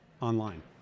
online